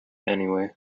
anyway